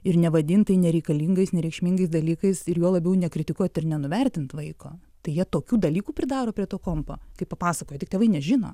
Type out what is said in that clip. ir nevadint tai nereikalingais nereikšmingais dalykais ir juo labiau nekritikuot ir nenuvertint vaiko tai jie tokių dalykų pridaro prie to kompo kai papasakoja tik tėvai nežino